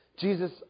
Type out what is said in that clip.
Jesus